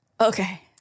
Okay